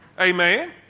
Amen